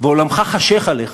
ועולמך חשך עליך